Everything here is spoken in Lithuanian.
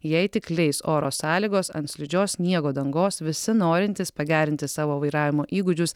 jei tik leis oro sąlygos ant slidžios sniego dangos visi norintys pagerinti savo vairavimo įgūdžius